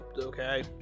Okay